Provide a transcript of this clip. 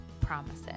promises